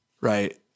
right